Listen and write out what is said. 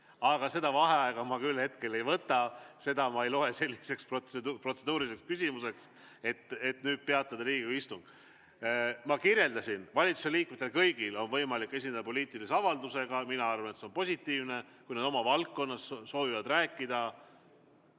aga seda vaheaega ma küll hetkel ei võta. Ma ei loe seda selliseks protseduuriliseks küsimuseks, [mille pärast] peatada Riigikogu istung. Ma kirjeldasin, et valitsuse liikmetel on kõigil võimalik esineda poliitilise avaldusega. Mina arvan, et see on positiivne, kui nad oma valdkonnas soovivad rääkida